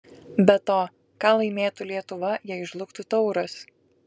be to ką laimėtų lietuva jei žlugtų tauras